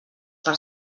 per